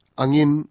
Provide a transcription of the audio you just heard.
angin